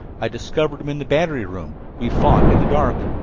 i discovered him in the battery room. we fought in the dark.